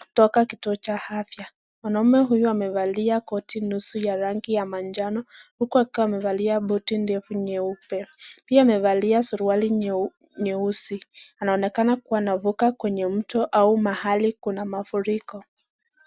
kutoka kituo cha afya, mwanaume huyu amevalia koti nusu ya rangi ya manjano, huku akiwa amevalia buti ndefu nyeupe, pia amevalia suruali nyeusi anaonekana kuwa anavuka kwenye mto au mahali kuna mafuriko.